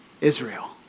Israel